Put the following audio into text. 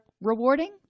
rewarding